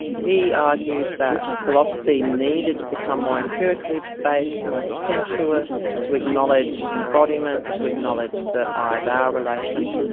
he argued that philosophy needed to become more empirically based, more sensuous, to acknowledge embodiment, to acknowledge the i thou relation,